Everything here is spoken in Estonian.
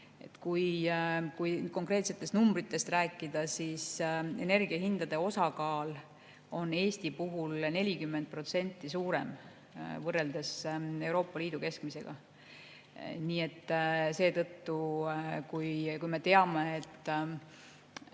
Kui konkreetsetest numbritest rääkida, siis energiahindade osakaal on Eesti puhul 40% suurem võrreldes Euroopa Liidu keskmisega. Nii et seetõttu, nagu me teame,